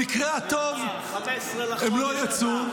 במקרה הטוב הם לא יצאו.